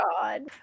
God